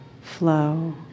flow